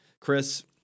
Chris